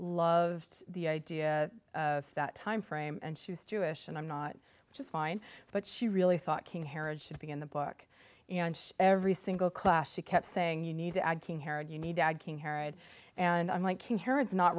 loved the idea that timeframe and she was jewish and i'm not which is fine but she really thought king herod should be in the book every single class she kept saying you need to add king herod you need to add king herod and i'm like